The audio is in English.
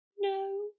No